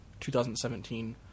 2017